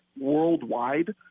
worldwide